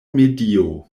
medio